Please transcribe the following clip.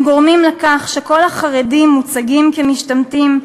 הם גורמים לכך שכל החרדים מוצגים כמשתמטים,